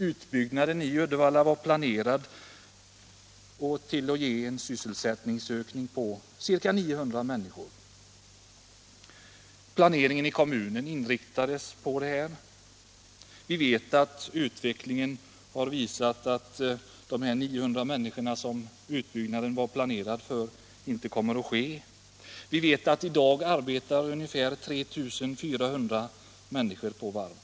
Utbyggnaden i Uddevalla var planerad att ge sysselsättning åt ytterligare ca 900 människor. Planeringen i kommunen inriktades på detta. Vi vet att utvecklingen har visat att den planerade utbyggnaden för 900 människor inte kommer att genomföras. I dag arbetar ca 3 400 människor vid Uddevallavarvet.